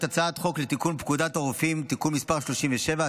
הצעת חוק לתיקון פקודת הרוקחים (תיקון מס' 37),